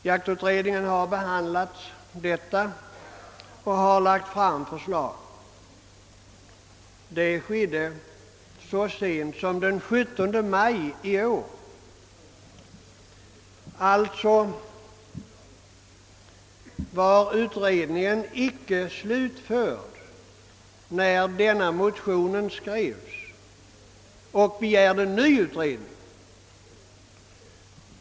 Jaktutredningen har behandlat detta yrkande och lagt fram förslag, vilket skedde så sent som den 17 maj i år. Alltså var utredningen icke slutförd när nu föreliggande motion med begäran om ny utredning skrevs.